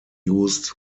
used